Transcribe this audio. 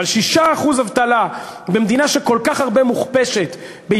6% אבטלה במדינה שמוכפשת כל כך הרבה,